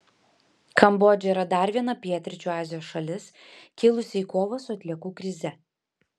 kambodža yra dar viena pietryčių azijos šalis kilusi į kovą su atliekų krize